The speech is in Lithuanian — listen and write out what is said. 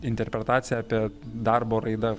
interpretacija apie darbo raida